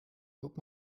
guck